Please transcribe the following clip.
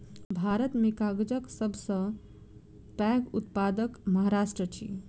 भारत में कागजक सब सॅ पैघ उत्पादक महाराष्ट्र अछि